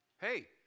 Hey